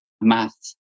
math